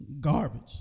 Garbage